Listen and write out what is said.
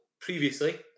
previously